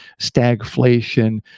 stagflation